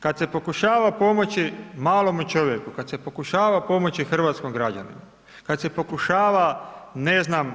Kad se pokušava pomoći malome čovjeku, kada se pokušava pomoći hrvatskom građaninu, kada se pokušava ne znam